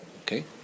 Okay